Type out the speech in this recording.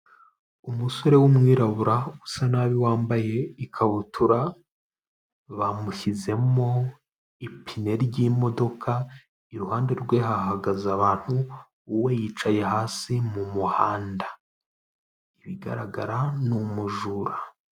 Umusore w'umwirabura, usa nabi wambaye ikabutura, bamushyizemo ipine ry'imodoka, iruhande rwe hahagaze abantu, we yicaye hasi mu muhanda, ibigaragara ni umujura.